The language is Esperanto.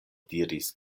diris